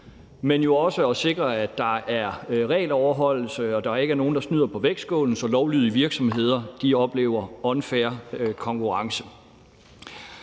til at sikre, at der er regeloverholdelse og der ikke er ikke nogen, der snyder på vægtskålen, så lovlydige virksomheder oplever unfair konkurrence.